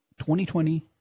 2020